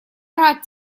рад